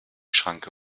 schranke